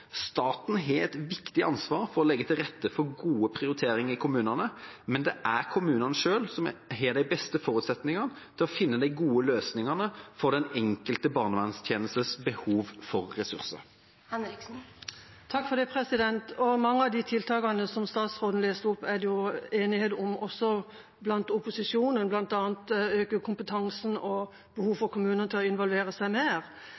gode prioriteringer i kommunene, men det er kommunene selv som har de beste forutsetningene for å finne gode løsninger for den enkelte barnevernstjenestes behov for ressurser. Mange av de tiltakene som statsråden leste opp, er det enighet om også i opposisjonen, bl.a. om å øke kompetansen og om behovet for kommunene til å involvere seg mer.